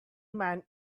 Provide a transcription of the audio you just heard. man